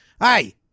hey